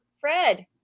Fred